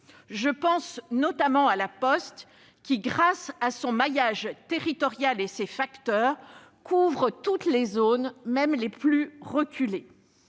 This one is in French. Je pense notamment à La Poste, qui, grâce à son maillage territorial et à ses facteurs, couvre toutes les zones, même les plus reculées.